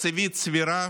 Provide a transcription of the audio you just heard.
תקציבית סבירה